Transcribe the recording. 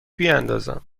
بیاندازم